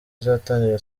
uzatangira